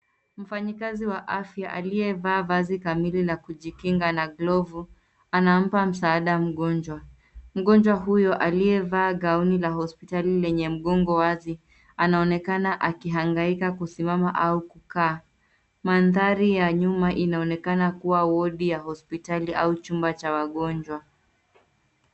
Mfanyikazi wa afya aliyevaa vazi kamili la kujikinga na glovu anampa msaada mgonjwa. Mgonjwa huyo aliyevaa gaoni la hospitali lenye mgongo wazi anaonekana akihangaika kusimama au kukaa. Mandhari ya nyuma inaonekana kuwa wodi ya hospitali au chumba cha wagonjwa.